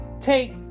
take